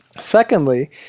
Secondly